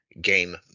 Game